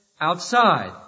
outside